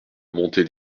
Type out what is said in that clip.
montée